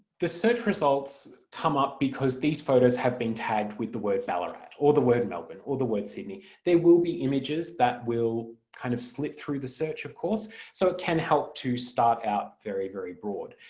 the search results come up because these photos have been tagged with the word ballarat or the word melbourne or the word sydney. there will be images that will kind of slip through the search of course so it can help to start out very, very broad.